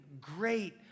great